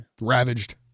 Ravaged